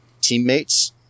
teammates